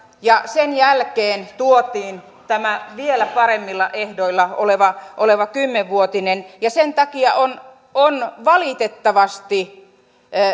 ja sen jälkeen tuotiin tämä vielä paremmilla ehdoilla oleva oleva kymmenvuotinen sen takia on on valitettavasti